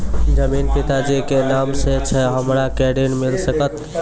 जमीन पिता जी के नाम से छै हमरा के ऋण मिल सकत?